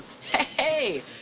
Hey